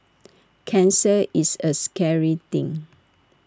cancer is A scary thing